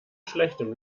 schlechtem